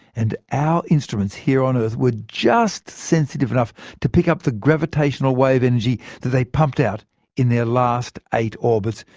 and our instruments here on earth were just sensitive enough to pick up the gravitational wave energy that they pumped out in their last eight orbits,